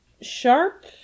Sharp